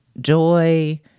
joy